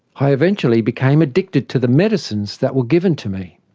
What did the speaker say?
i eventually became addicted to the medicines that were given to me.